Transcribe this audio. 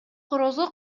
корозго